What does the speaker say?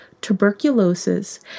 tuberculosis